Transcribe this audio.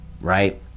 right